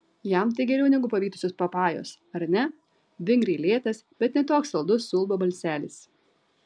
jam tai geriau negu pavytusios papajos ar ne vingriai lėtas bet ne toks saldus suulba balselis